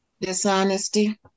Dishonesty